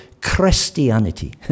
Christianity